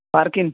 parking